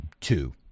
two